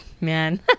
man